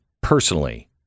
personally